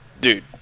dude